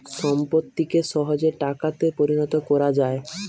সম্পত্তিকে সহজে টাকাতে পরিণত কোরা যায়